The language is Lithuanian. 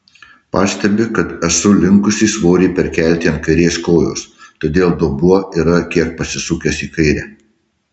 pastebi kad esu linkusi svorį perkelti ant kairės kojos todėl dubuo yra kiek pasisukęs į kairę